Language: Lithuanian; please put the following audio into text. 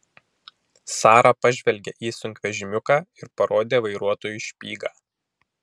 sara pažvelgė į sunkvežimiuką ir parodė vairuotojui špygą